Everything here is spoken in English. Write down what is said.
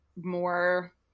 more